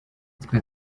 twe